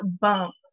bump